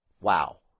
Wow